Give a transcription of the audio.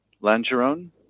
Langeron